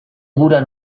gura